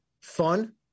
Fun